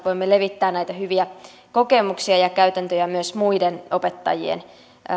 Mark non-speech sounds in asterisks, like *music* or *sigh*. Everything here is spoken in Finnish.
*unintelligible* voimme levittää näitä hyviä kokemuksia ja käytäntöjä myös muiden opettajien